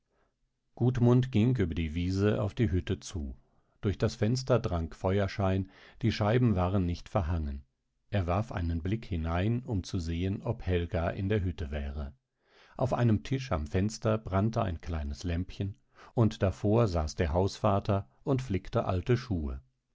luchse und heidelbeerkraut gudmund ging über die wiese auf die hütte zu durch das fenster drang feuerschein die scheiben waren nicht verhangen er warf einen blick hinein um zu sehen ob helga in der hütte wäre auf einem tisch am fenster brannte ein kleines lämpchen und davor saß der hausvater und flickte alte schuhe